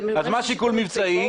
אז מה השיקול המבצעי?